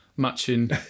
Matching